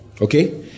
okay